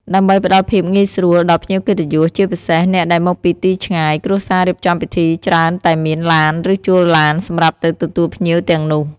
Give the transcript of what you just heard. ដើម្បីផ្តល់ភាពងាយស្រួលដល់ភ្ញៀវកិត្តិយស ជាពិសេសអ្នកដែលមកពីទីឆ្ងាយ គ្រួសាររៀបចំពិធីច្រើនតែមាន ឡាន ឬជួលឡាន សម្រាប់ទៅទទួលភ្ញៀវទាំងនោះ។